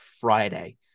Friday